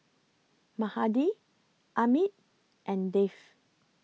Mahade Amit and Dev